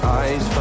eyes